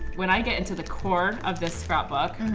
when i get into the core of this scrapbook